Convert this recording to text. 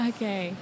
Okay